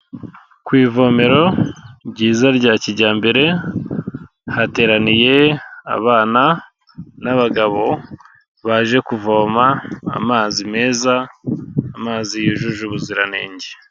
Ku ivomero ryiza rya kijyambere, hateraniye abana n'abagabo baje kuvoma amazi meza, amazi yujuje ubuziranenge.